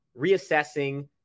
reassessing